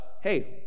hey